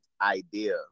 idea